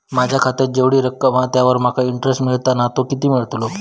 माझ्या खात्यात जेवढी रक्कम हा त्यावर माका तो इंटरेस्ट मिळता ना तो किती मिळतलो?